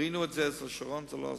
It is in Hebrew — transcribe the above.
ראינו את זה אצל שרון, זה לא עזר.